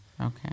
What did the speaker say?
Okay